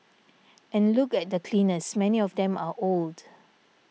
and look at the cleaners many of them are old